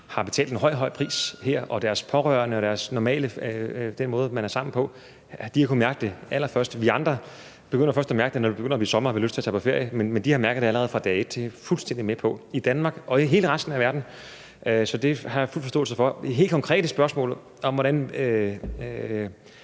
har betalt en høj, høj pris her, og deres pårørende har kunnet mærke det allerførst i forhold til den måde, man normalt er sammen på. Vi andre begynder først at mærke det, når det begynder at blive sommer og vi har lyst til at tage på ferie. Men de har mærket det allerede fra dag et, det er jeg fuldstændig med på. Sådan er det i Danmark og hele resten af verden. Så det har jeg fuld forståelse for. Det helt konkrete spørgsmål om grænser